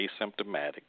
asymptomatic